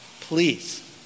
please